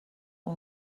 اون